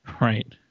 Right